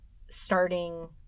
starting